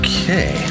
Okay